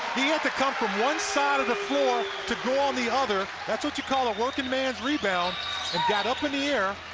he had to come from one side of the floor to draw on the other. that's what you call a working man's rebound and got up in the air